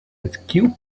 rescue